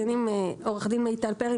עו"ד מיטל פרי,